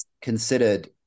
considered